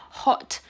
hot